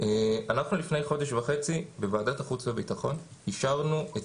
לפני חודש וחצי בוועדת החוץ והביטחון אישרנו את